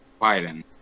Biden